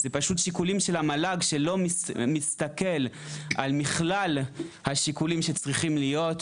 זה פשוט שיקולים של המל"ג שלא מסתכל על מכלול השיקולים שצריך להיות,